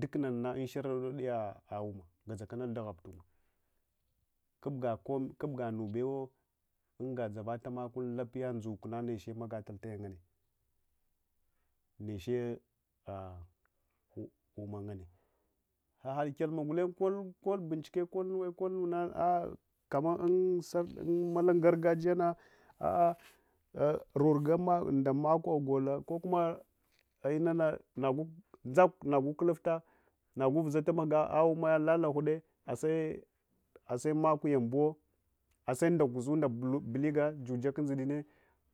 Duknanana unsharadodiya umma gadzakana daghubul tumma kubga nubewa unga dzavatamakun lapya ndzukna niche magatal taya nganne nechi umma nganne ahad kyalma gulenye kal benchike kolnuna ah kamman sarta um garga jiyana ah niniga ndanako guka kokummah nagu kulufta nagu vuzata mahga ah’umma lala huɗɗe ase makwa yambuwo ase nda guzunɗa buliga dzuɗzakun ɗzuɗa